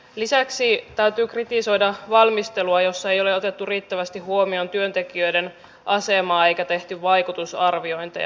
lisäksi täytyy kritisoida valmistelua jossa ei ole otettu riittävästi huomioon työntekijöiden asemaa eikä tehty vaikutusarviointeja